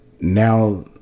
now